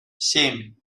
семь